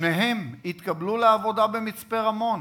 שניהם התקבלו לעבודה במצפה-רמון.